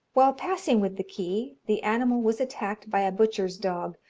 while passing with the key, the animal was attacked by a butcher's dog,